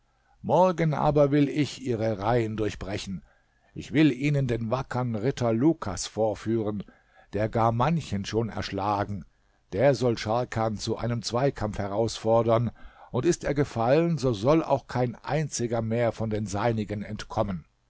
morgen aber will ich ihre reihen durchbrechen ich will ihnen den wackern ritter lukas vorführen der gar manchen schon erschlagen der soll scharkan zu einem zweikampf herausfordern und ist er gefallen so soll auch kein einziger mehr von den seinigen entkommen